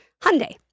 Hyundai